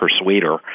persuader